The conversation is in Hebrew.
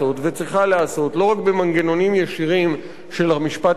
לא רק במנגנונים ישירים של המשפט הפלילי הרגיל,